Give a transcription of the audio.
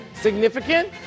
significant